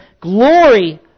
glory